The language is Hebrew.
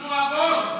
מנסור הבוס.